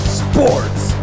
sports